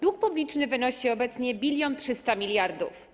Dług publiczny wynosi obecnie 1300 mld.